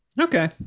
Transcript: Okay